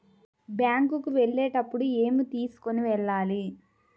Bank కు వెళ్ళేటప్పుడు ఏమి తీసుకొని వెళ్ళాలి?